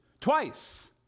twice